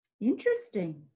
interesting